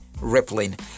rippling